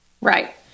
Right